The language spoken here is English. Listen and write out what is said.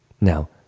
Now